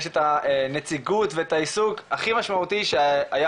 יש את הנציגות ואת העיסוק הכי משמעותי שהיה